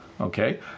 okay